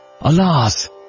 Alas